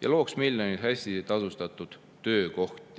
ja looks miljoneid hästi tasustatud töökohti.